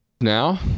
Now